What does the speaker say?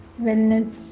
wellness